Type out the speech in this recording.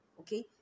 Okay